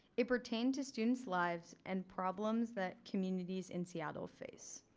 it pertained to students lives and problems that communities in seattle face.